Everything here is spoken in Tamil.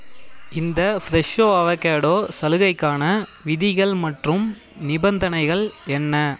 இந்த ஃப்ரெஷோ அவகேடோ சலுகைக்கான விதிகள் மற்றும் நிபந்தனைகள் என்ன